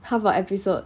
how what episode